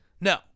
No